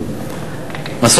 הרפואית,